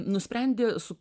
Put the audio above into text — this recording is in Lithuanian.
nusprendė su